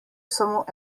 samo